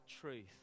truth